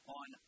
on